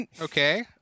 Okay